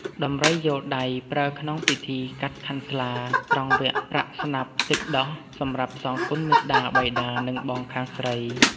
ដំរីយោលដៃ ប្រើក្នុងពិធីកាត់ខាន់ស្លា ត្រង់វគ្គប្រាក់ស្នាប់ទឹកដោះ សម្រាប់សងគុណមាតា បិតា និងបងខាងស្រី។